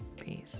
peace